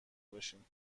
باشین